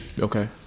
Okay